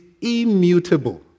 immutable